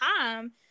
time